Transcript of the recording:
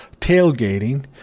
tailgating